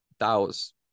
DAO's